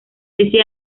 ese